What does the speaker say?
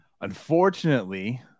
Unfortunately